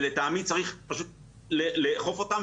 ולטעמי צריך פשוט לאכוף אותם,